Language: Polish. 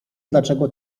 dlaczego